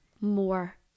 more